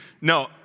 no